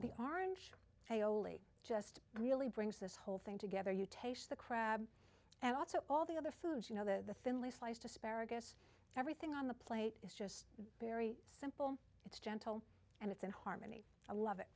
the orange paoli just really brings this whole thing together you taste the crab and also all the other foods you know the thinly sliced asparagus everything on the plate is just very simple it's gentle and it's in harmony i love it